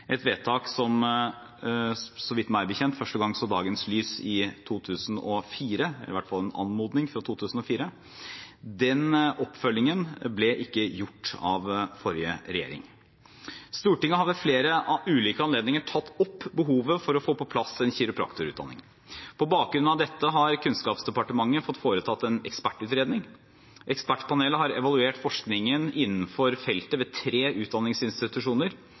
et vedtak som meg bekjent første gang så dagens lys i 2004 – det var i hvert fall en anmodning fra 2004. Den oppfølgingen ble ikke gjort av forrige regjering. Stortinget har ved flere ulike anledninger tatt opp behovet for å få på plass en kiropraktorutdanning. På bakgrunn av dette har Kunnskapsdepartementet fått foretatt en ekspertutredning. Ekspertpanelet har evaluert forskningen innenfor feltet ved tre utdanningsinstitusjoner